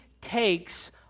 takes